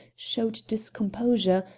showed discomposure,